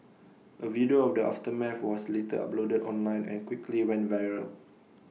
A video of the aftermath was later uploaded online and quickly went viral